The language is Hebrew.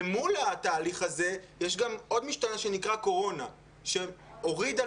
למול התהליך הזה יש עוד משתנה שנקרא קורונה שהוריד על